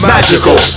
Magical